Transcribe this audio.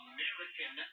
American